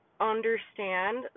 understand